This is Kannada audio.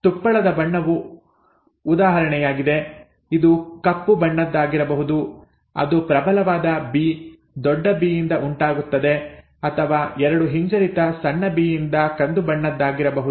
ತುಪ್ಪಳದ ಬಣ್ಣವು ಉದಾಹರಣೆಯಾಗಿದೆ ಇದು ಕಪ್ಪು ಬಣ್ಣದ್ದಾಗಿರಬಹುದು ಅದು ಪ್ರಬಲವಾದ ಬಿ ದೊಡ್ಡ ಬಿ ಯಿಂದ ಉಂಟಾಗುತ್ತದೆ ಅಥವಾ ಎರಡು ಹಿಂಜರಿತ ಸಣ್ಣ ಬಿ ಯಿಂದ ಕಂದು ಬಣ್ಣದ್ದಾಗಿರಬಹುದು